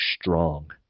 strong